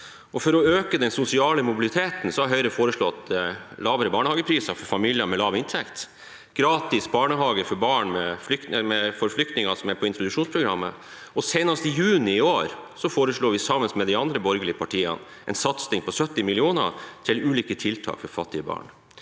For å øke den sosiale mobiliteten har Høyre foreslått lavere barnehagepriser for familier med lav inntekt, gratis barnehage for barn av flyktninger som er på institusjonsprogrammet, og senest i juni i år foreslo vi sammen med de andre borgerlige partiene en satsing på 70 mill. kr til ulike tiltak for fattige barn.